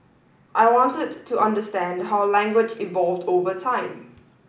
I wanted to understand how language evolved over time